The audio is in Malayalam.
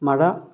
മഴ